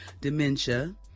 dementia